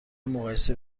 مقایسه